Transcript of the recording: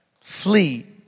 flee